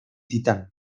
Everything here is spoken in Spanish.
titán